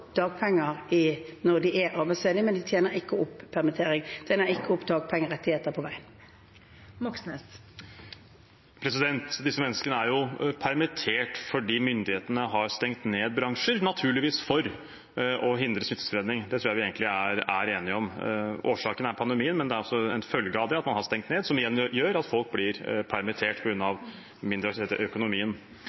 er arbeidsledige, men de tjener ikke opp feriepengerettigheter på veien. Bjørnar Moxnes – til oppfølgingsspørsmål. Disse menneskene er permitterte fordi myndighetene har stengt ned bransjer, naturligvis for å hindre smittespredning. Det tror jeg vi er enige om. Årsaken er pandemien, men det er som følge av den at man har stengt ned, som igjen gjør at folk blir permitterte på grunn av mindre aktivitet i økonomien.